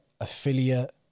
affiliate